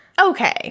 okay